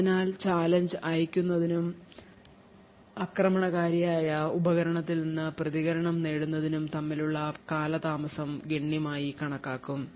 അതിനാൽ ചാലഞ്ച് അയയ്ക്കുന്നതും ആക്രമണകാരിയായ ഉപകരണത്തിൽ നിന്ന് പ്രതികരണം നേടുന്നതും തമ്മിലുള്ള കാലതാമസം ഗണ്യമായി കണക്കാക്കും